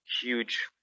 huge